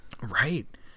right